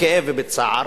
בכאב ובצער,